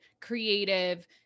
creative